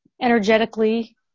energetically